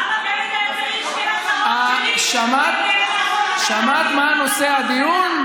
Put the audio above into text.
למה בנט השמיע הצהרות, שמעת מה נושא הדיון?